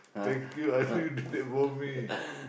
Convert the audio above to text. thank you I told you to do that for me